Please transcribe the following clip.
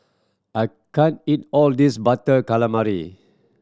I can't eat all of this Butter Calamari